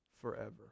forever